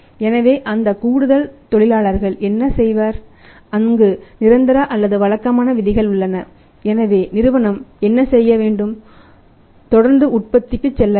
எனவே அந்த கூடுதல் தொழிலாளர்கள் என்ன செய்வர் அங்கு நிரந்தர அல்லது வழக்கமான விதிகள் உள்ளன எனவே நிறுவனம் என்ன செய்ய வேண்டும் தொடர்ந்து உற்பத்திக்கு செல்ல வேண்டும்